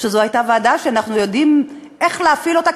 שזו הייתה ועדה שאנחנו יודעים איך להפעיל אותה,